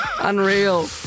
Unreal